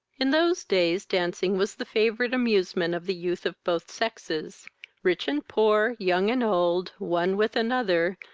in those days dancing was the favourite amusement of the youth of both sexes rich and poor, young and old, one with another,